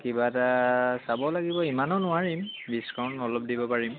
কিবা এটা চাব লাগিব ইমানো নোৱাৰিম ডিছকাউণ্ট অলপ দিব পাৰিম